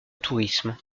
tourisme